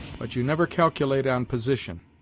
but you never calculate on position.